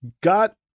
got